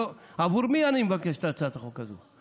עבור מי אני מבקש את הצעת החוק הזאת?